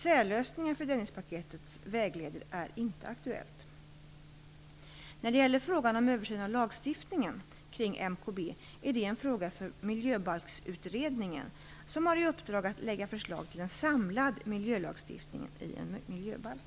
Särlösningar för Dennispaketets vägleder är inte aktuellt. När det gäller frågan om översyn av lagstiftningen kring MKB är det en fråga för Miljöbalksutredningen som har i uppdrag att lägga fram förslag till en samlad miljölagstiftning i en miljöbalk.